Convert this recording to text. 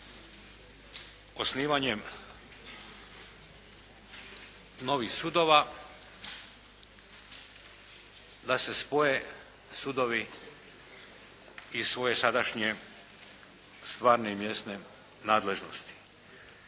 osnivanjem novih sudova da se spoje sudovi iz svoje sadašnje stvarne i mjesne nadležnosti.